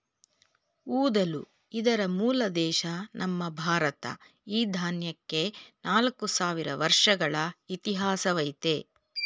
ಊದಲು ಇದರ ಮೂಲ ದೇಶ ನಮ್ಮ ಭಾರತ ಈ ದಾನ್ಯಕ್ಕೆ ನಾಲ್ಕು ಸಾವಿರ ವರ್ಷಗಳ ಇತಿಹಾಸವಯ್ತೆ